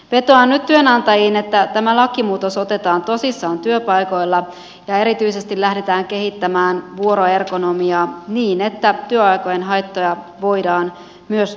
vetoan nyt työnantajiin että tämä lakimuutos otetaan tosissaan työpaikoilla ja erityisesti lähdetään kehittämään vuoroergonomiaa niin että työaikojen haittoja voidaan myös